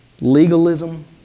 Legalism